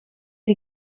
die